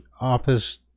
Office